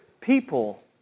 people